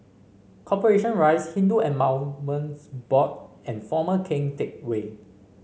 Corporation Rise Hindu Endowments Board and Former Keng Teck Whay